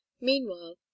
Meanwhile